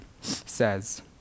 says